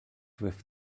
with